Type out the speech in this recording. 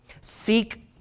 Seek